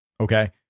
okay